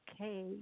Okay